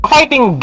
Fighting